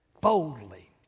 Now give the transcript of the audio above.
boldly